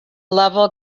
level